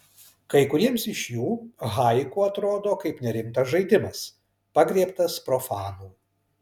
kai kuriems iš jų haiku atrodo kaip nerimtas žaidimas pagriebtas profanų